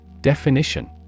Definition